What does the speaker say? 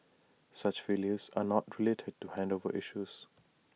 such failures are not related to handover issues